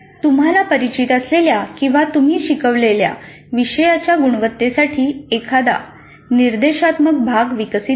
तुम्हाला परिचित असलेल्या किंवा तुम्ही शिकवलेल्या विषयाच्या गुणवत्तेसाठी एखादा निर्देशात्मक भाग विकसित करा